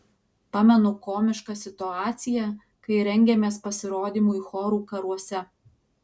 pamenu komišką situaciją kai rengėmės pasirodymui chorų karuose